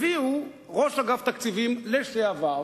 הביאו ראש אגף תקציבים לשעבר,